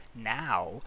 now